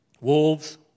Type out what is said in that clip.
wolves